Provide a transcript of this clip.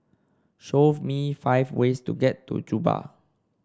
show me five ways to get to Juba